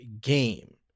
game